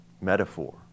metaphor